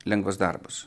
lengvas darbas